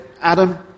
Adam